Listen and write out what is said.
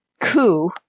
coup